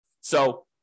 So-